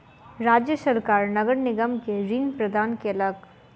राज्य सरकार नगर निगम के ऋण प्रदान केलक